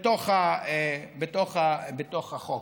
בתוך החוק.